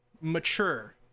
mature